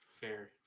Fair